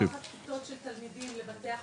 לוקחת כיתות של תלמידים לבתי החולים,